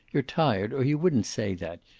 you're tired, or you wouldn't say that.